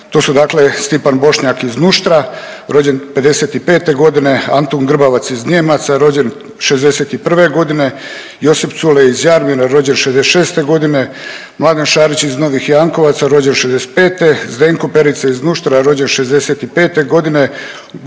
To su dakle Stjepan Bošnjak iz Nuštra rođen '55. godine, Antun Grbavac iz Nijemaca rođen '61. godine, Josip Culej iz Jarmina rođen '66. godine, Mladin Šarić iz Novih Jankovaca rođen '65., Zdenko Perica iz Nuštra rođen '65. godine,